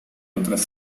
otras